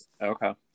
Okay